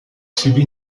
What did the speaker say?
subit